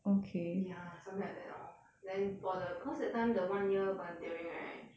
ya something like that lor then for the cause that time the one year volunteering right